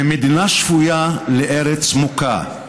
/ ממדינה שפויה לארץ מוכה,